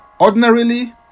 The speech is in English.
Ordinarily